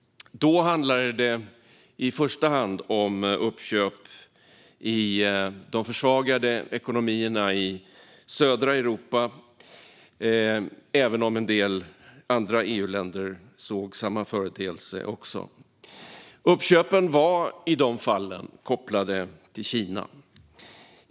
Då handlade det i första hand om uppköp i de försvagade ekonomierna i södra Europa, även om en del andra EU-länder också såg samma företeelse. Uppköpen var i dessa fall kopplade till Kina.